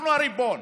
אנחנו הריבון.